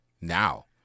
now